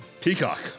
Peacock